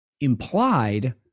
implied